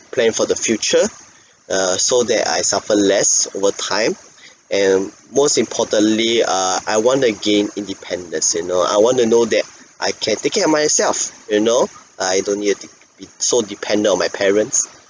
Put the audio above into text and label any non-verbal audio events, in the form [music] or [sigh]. plan for the future [breath] so there I suffer less over time [breath] and most importantly err I want to gain independence you know I want to know that I can take care of myself you know [breath] I don't need to dep~ be so dependent on my parents